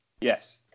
Yes